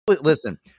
listen